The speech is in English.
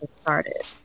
started